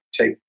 take